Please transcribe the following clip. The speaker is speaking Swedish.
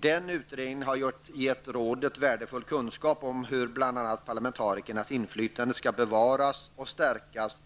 Den utredningen har gett rådet värdefull kunskap om hur bl.a. parlamentarikernas inflytande skall kunna bevaras och stärkas